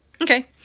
Okay